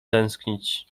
tęsknić